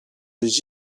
des